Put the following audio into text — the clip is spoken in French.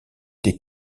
des